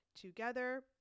together